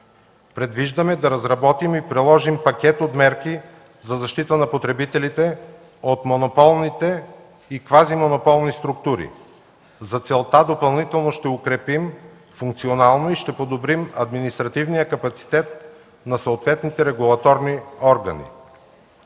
Предвиждаме да разработим и приложим пакет от мерки за защита на потребителите от монополните и квазимонополни структури. За целта допълнително ще укрепим функционално и ще подобрим административния капацитет на съответните регулаторни органи.